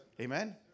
Amen